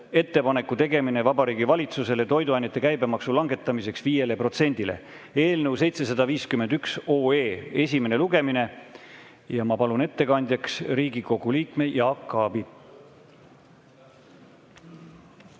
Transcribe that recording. "Ettepaneku tegemine Vabariigi Valitsusele toiduainete käibemaksu langetamiseks 5-le protsendile" eelnõu 751 esimene lugemine. Ma palun ettekandjaks Riigikogu liikme Jaak Aabi.